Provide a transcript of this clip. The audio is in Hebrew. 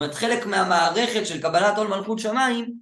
את חלק מהמערכת של קבלת עול מלכות שמים